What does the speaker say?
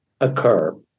occur